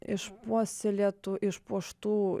išpuoselėtų išpuoštų